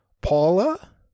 Paula